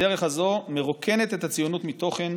הדרך הזאת מרוקנת את הציונות מתוכן